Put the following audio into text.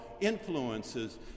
influences